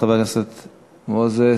חבר הכנסת מוזס,